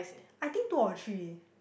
I think two or three